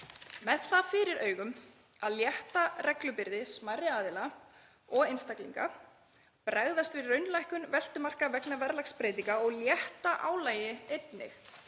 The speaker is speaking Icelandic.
Með það fyrir augum að létta reglubyrði smærri aðila og einstaklinga, bregðast við raunlækkun veltumarka vegna verðlagsbreytinga og létta álagi á